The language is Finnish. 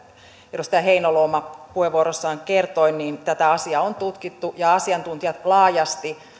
edustaja heinäluoma puheenvuorossaan kertoi tätä asiaa on tutkittu ja asiantuntijat laajasti